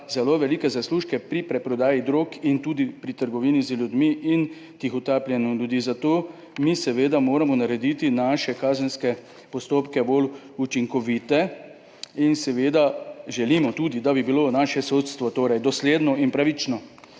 zelo velike zaslužke pri preprodaji drog in tudi pri trgovini z ljudmi in tihotapljenju ljudi. Zato mi seveda moramo narediti naše kazenske postopke bolj učinkovite in želimo tudi, da bi bilo naše sodstvo dosledno in pravično.